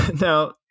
Now